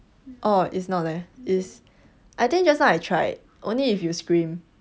orh it's not leh is I think just now I tried only if you scream